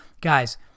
Guys